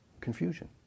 Confusion